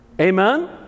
Amen